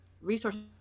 resources